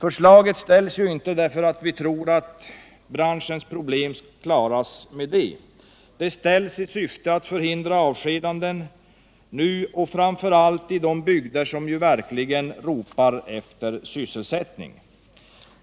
Förslaget ställs inte därför att vi tror att branschens problem klaras med detta, utan det ställs i syfte att förhindra avskedanden nu, framför allt i bygder som verkligen ropar efter sysselsättning.